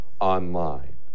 online